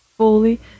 fully